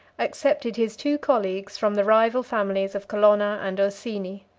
accepted his two colleagues from the rival families of colonna and ursini.